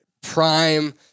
Prime